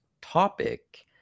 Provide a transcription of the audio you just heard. topic